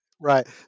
Right